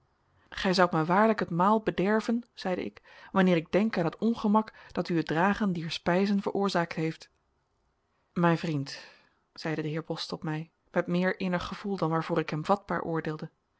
gij zoudt mij waarlijk het maal bederven zeide ik wanneer ik denk aan het ongemak dat u het dragen dier spijzen veroorzaakt heeft mijn vriend zeide de heer bos tot mij met meer innig gevoel dan waarvoor ik hem vatbaar oordeelde